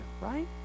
right